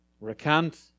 Recant